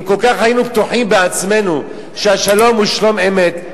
אם כל כך היינו בטוחים בעצמנו שהשלום הוא שלום אמת,